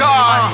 God